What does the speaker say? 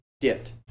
dipped